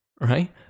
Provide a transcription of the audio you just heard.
right